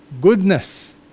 Goodness